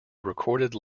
recorded